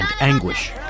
anguish